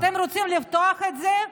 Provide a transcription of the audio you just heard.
אתם רוצים לפתוח את זה?